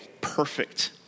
perfect